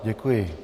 Děkuji.